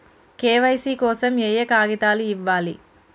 KYC కోసం ఏయే కాగితాలు ఇవ్వాలి?